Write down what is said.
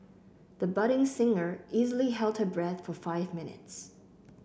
the budding singer easily held her breath for five minutes